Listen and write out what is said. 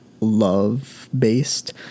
love-based